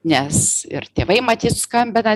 nes ir tėvai matyt skambina